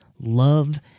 love